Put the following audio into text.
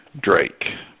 Drake